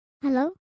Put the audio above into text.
hello